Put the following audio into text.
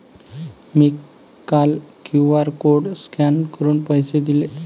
मी काल QR code scan करून पैसे दिले